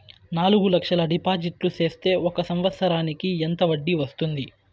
నాలుగు లక్షల డిపాజిట్లు సేస్తే ఒక సంవత్సరానికి ఎంత వడ్డీ వస్తుంది?